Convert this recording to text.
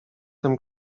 tem